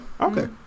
Okay